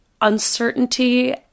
uncertainty